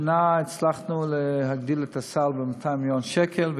השנה הצלחנו להגדיל את הסל ב-200 מיליון שקל,